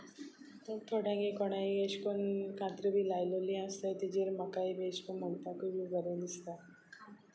थोड्यांचे कोणागेर अशे करून कातरां बी लायलीं आसल्यार ताचेर म्हाकाय बी अशे करून म्हणपाकूय बी बरें दिसता